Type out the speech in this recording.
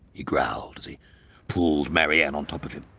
he growled as he pulled marianne on top of him.